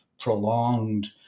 prolonged